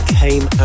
came